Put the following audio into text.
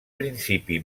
principi